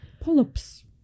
Polyps